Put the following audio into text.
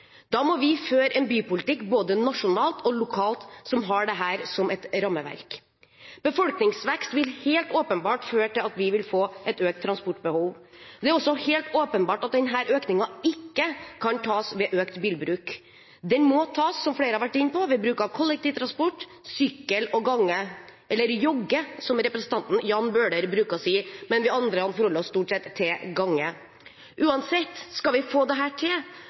Da må vi føre en bypolitikk, både nasjonalt og lokalt, som har dette som et rammeverk. Befolkningsvekst vil helt åpenbart føre til at vi vil få et økt transportbehov. Det er også helt åpenbart at denne økningen ikke kan tas ved økt bilbruk. Den må tas, som flere har vært inne på, ved bruk av kollektiv transport, sykkel og gange – eller jogge, som representanten Jan Bøhler bruker å si, men vi andre forholder oss stort sett til gange. Uansett: Skal vi få dette til,